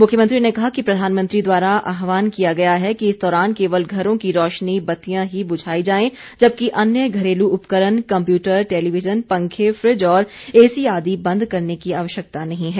मुख्यमंत्री ने कहा कि प्रधानमंत्री द्वारा आहवान किया गया है कि इस दौरान केवल घरों की रोशनी बत्तियां ही बुझाई जाएं जबकि अन्य घरेलू उपकरण कंप्यूटर टेलीविजन पंखे फ्रिज और एसी आदि बंद करने की आवश्यकता नहीं है